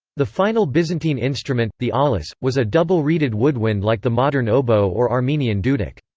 the final byzantine instrument, the aulos, was a double reeded woodwind like the modern oboe or armenian duduk.